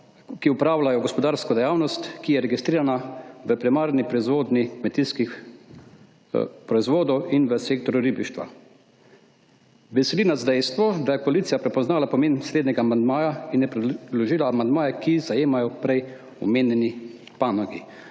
ki opravljajo gospodarsko dejavnost, ki je registrirana v primarni proizvodnji kmetijskih proizvodov in v sektorju ribištva. Veseli nas dejstvo, da je koalicija prepoznala pomen slednjega amandmaja in je predložila amandmaje, ki zajemajo prej omenjeni panogi.